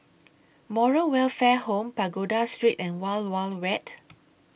Moral Welfare Home Pagoda Street and Wild Wild Wet